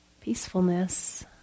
peacefulness